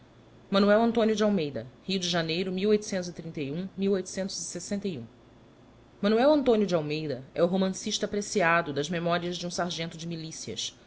manoel antónio de almeida rio de janeiro d manuel antonio de almeida é o romancista apreciado das memorias de um sargento de mflictas